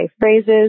phrases